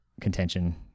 contention